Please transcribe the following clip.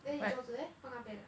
then 你桌子 leh 放那边 ah